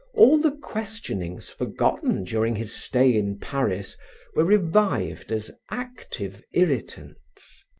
all the questionings forgotten during his stay in paris were revived as active irritants.